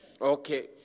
Okay